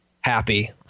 happy